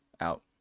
out